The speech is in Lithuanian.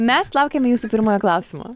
mes laukiame jūsų pirmojo klausimo